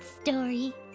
story